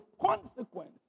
consequence